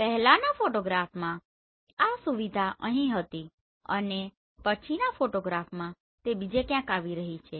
પહેલાના ફોટોગ્રાફમાં આ સુવિધા અહીં હતી અને પછીના ફોટોગ્રાફમાં તે બીજે ક્યાંક આવી રહી છે